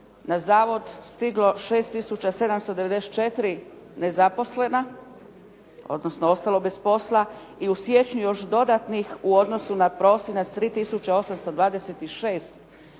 na zavod stiglo 6 tisuća 794 nezaposlena, odnosno ostalo bez posla i u siječnju još dodatnih u odnosu na prosinac 3